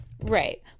Right